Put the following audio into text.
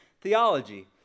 theology